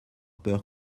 peur